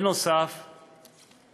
נוסף על כך,